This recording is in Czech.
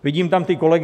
Vidím tam ty kolegy.